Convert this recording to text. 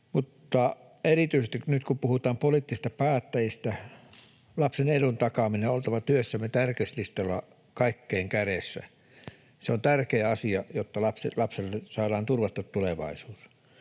Mutta erityisesti nyt, kun puhutaan poliittisista päättäjistä, lapsen edun takaamisen on oltava työssämme tärkeyslistalla ihan kärjessä. Se on tärkeä asia, jotta lapsille saadaan turvattu tulevaisuus.